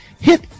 hit